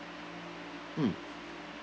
mm